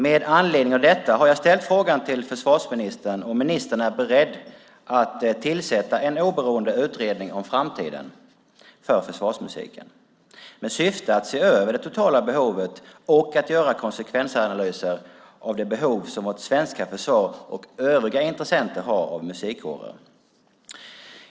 Med anledning av detta har jag ställt frågan till försvarsministern om ministern är beredd att tillsätta en oberoende utredning om framtiden för försvarsmusiken med syfte att se över det totala behovet och att göra konsekvensanalyser av det behov som vårt svenska försvar och övriga intressenter har av musikkårer.